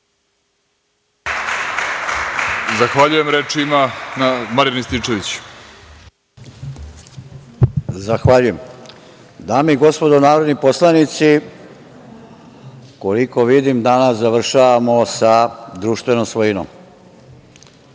Marijan Rističević. **Marijan Rističević** Zahvaljujem. Dame i gospodo narodni poslanici, koliko vidim, danas završavamo sa društvenom svojinom.